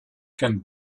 can